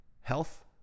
health